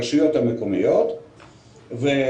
ברשויות המקומיות שלוש פעמים.